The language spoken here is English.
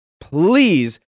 Please